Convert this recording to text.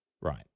Right